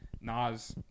Nas